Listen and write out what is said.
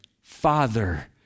Father